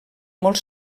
molt